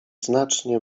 znacznie